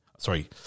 Sorry